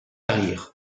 rire